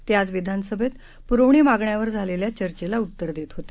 ते आज विधानसभेत प्रवणी मागण्यांवर झालेल्या चर्चेला उत्तर देत होते